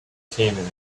came